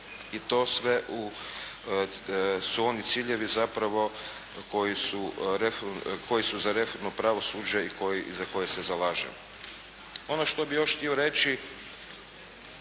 i to sve su oni ciljevi zapravo koji su za reformno pravosuđe i za koje se zalažem. Ono što bih još htio reći,